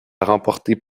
remporté